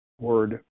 word